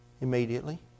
Immediately